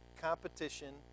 competition